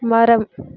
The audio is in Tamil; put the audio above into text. மரம்